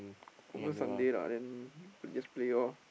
confirm Sunday lah then just play orh